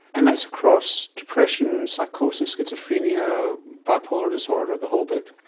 and that's across depression, psychosis, schizophrenia, bipolar disorder, the whole bit?